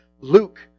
Luke